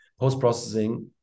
post-processing